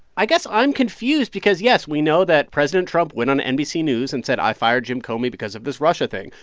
i guess i'm confused because, yes, we know that president trump went on nbc news and said i fired jim comey because of this russia thing.